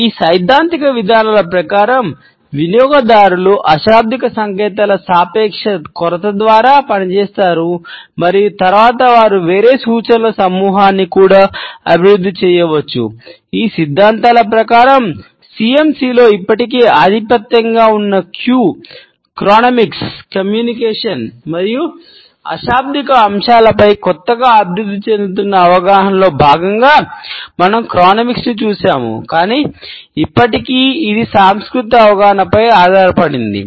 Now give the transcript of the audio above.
ఈ సైద్ధాంతిక విధానాల ప్రకారం వినియోగదారులు అశాబ్దిక చూశాము కాని ఇప్పటికీ ఇది సాంస్కృతిక అవగాహనపై ఆధారపడింది